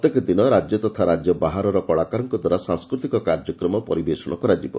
ପ୍ରତ୍ୟେକ ଦିନ ରାଜ୍ୟ ତଥା ରାଜ୍ୟ ବାହାରର କଳାକାରଙ୍କ ଦ୍ୱାରା ସାଂସ୍କୃତିକ କାର୍ଯ୍ୟକ୍ରମ ପରିବେଶଣ କରାଯିବ